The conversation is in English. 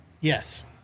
Yes